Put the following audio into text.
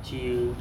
chill